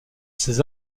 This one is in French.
ses